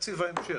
תקציב ההמשך.